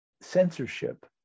censorship